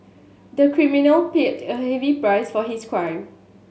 the criminal paid a heavy price for his crime